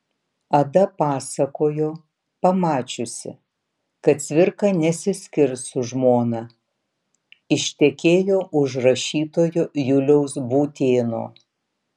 ada pasakojo pamačiusi kad cvirka nesiskirs su žmona ištekėjo už rašytojo juliaus būtėno